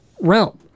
realm